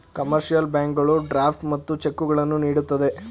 commercial ಬ್ಯಾಂಕುಗಳು draft ಮತ್ತು ಚೆಕ್ಕುಗಳನ್ನು ನೀಡುತ್ತದೆ